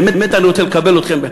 באמת אני רוצה לקבל אתכם,